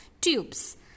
tubes